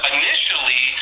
initially